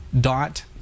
dot